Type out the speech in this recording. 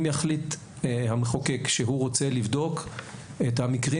אם יחליט המחוקק שהוא רוצה לבדוק את המקרים